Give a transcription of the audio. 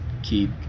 keep